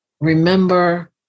Remember